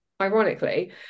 ironically